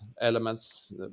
elements